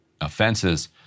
offenses